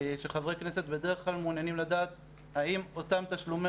חברי כנסת בדרך כלל מעוניינים לדעת אם אותם תשלומי